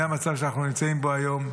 זה המצב שאנחנו נמצאים בו היום,